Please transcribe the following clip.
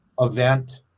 event